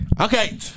Okay